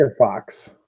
Firefox